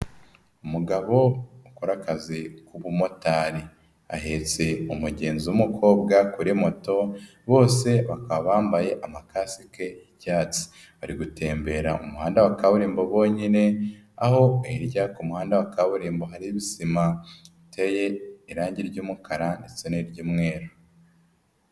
Umugabo ukora akazi k'ubumotari ahetse umugenzi w'umukobwa kuri moto, bose bakaba bambaye amakasike y'icyatsi, bari gutembera mu umuhanda wa kaburimbo bonyine aho hirya ku muhanda wa kaburimbo hari sima iteye irangi ry'umukara ndetse n'iry'umweru.